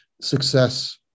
success